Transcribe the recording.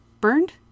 Burned